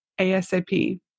ASAP